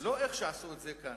לא איך שעשו את זה כאן.